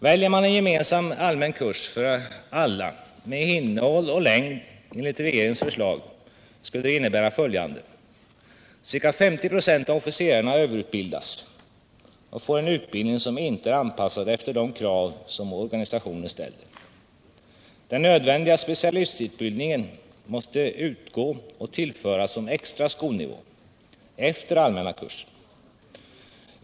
Väljer man en gemensam allmän kurs för alla med innehåll och längd enligt regeringens förslag skulle det innebära följande. Ca 50 96 av officerarna överutbildas och får en utbildning som inte är anpassad efter de krav som organisationen ställer. Den nödvändiga specialistutbildningen måste utgå och tillföras som extra skolnivå efter den allmänna kursen.